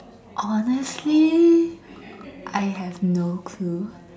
honestly I have no clue